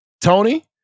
Tony